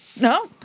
No